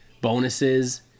bonuses